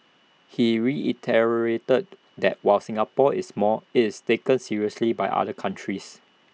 he reiterated that while Singapore is small IT is taken seriously by other countries